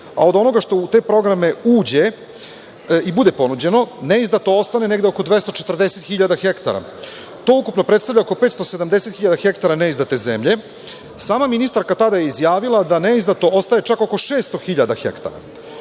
a od onoga što u te programe uđe i bude ponuđeno, neizdato ostane negde oko 240 hiljada hektara. To ukupno predstavlja oko 570 hiljada hektara neizdate zemlje. Sama ministarka tada je izjavila da neizdato ostaje čak oko 600 hiljada hektara.